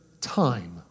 time